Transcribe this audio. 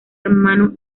hermano